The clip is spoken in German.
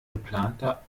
geplanter